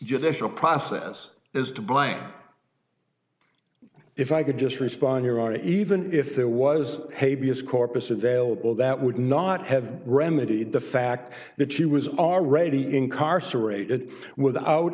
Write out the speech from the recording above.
judicial process is to blind if i could just respond here or even if there was hey b is corpus available that would not have remedied the fact that she was already incarcerated without